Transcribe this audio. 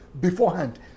beforehand